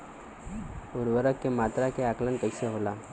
उर्वरक के मात्रा के आंकलन कईसे होला?